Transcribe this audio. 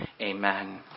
Amen